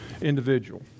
individual